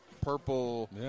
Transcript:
purple